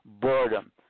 boredom